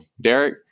Derek